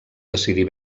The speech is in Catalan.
decidir